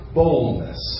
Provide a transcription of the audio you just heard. boldness